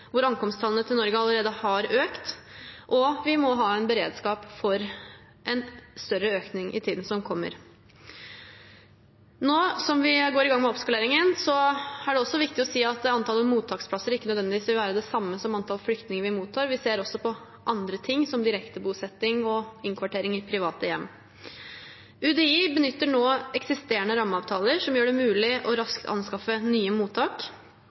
hvor ankomsttallene til Norge allerede har økt, og vi må ha en beredskap for en større økning i tiden som kommer. Nå som vi går i gang med oppskaleringen, er det også viktig å si at antallet mottaksplasser ikke nødvendigvis vil være det samme som antallet flyktninger vi mottar. Vi ser også på andre ting, som direktebosetting og innkvartering i private hjem. UDI benytter nå eksisterende rammeavtaler som gjør det mulig raskt å anskaffe nye mottak.